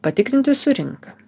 patikrinti su rinka